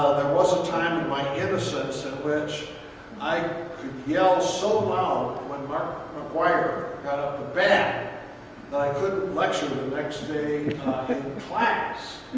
ah there was a time in my innocence in which i yeah so loud when mark mcgwire got up to bat that i couldn't lecture the next day in class.